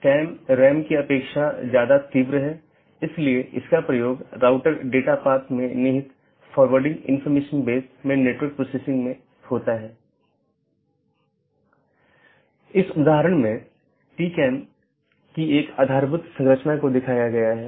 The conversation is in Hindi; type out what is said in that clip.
और यह बैकबोन क्षेत्र या बैकबोन राउटर इन संपूर्ण ऑटॉनमस सिस्टमों के बारे में जानकारी इकट्ठा करता है